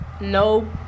No